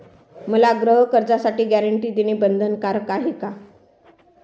मला गृहकर्जासाठी गॅरंटी देणं बंधनकारक आहे का?